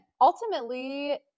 ultimately